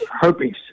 herpes